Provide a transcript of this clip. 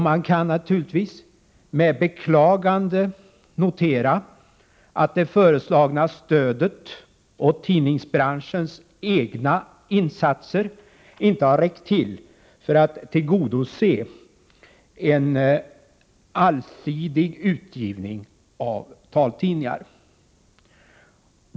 Man kan naturligtvis med beklagande notera att det föreslagna stödet och tidningsbranschens egna insatser inte har räckt till för att tillgodose en allsidig utgivning av taltidningar.